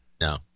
No